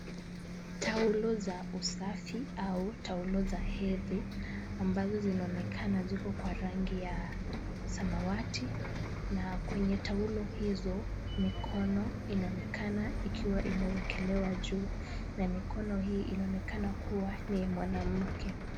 Taulo za usafi au taulo za hedhi ambazo zinaonekana ziko kwa rangi za samawati na kwenye taulo hizo mikono inaonekana ikiwa imewekelewa juu na mikono hii inaonekana kuwa ni ya mwanamke.